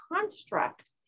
construct